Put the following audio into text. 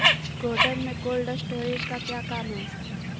गोडम में cold storage का क्या काम है?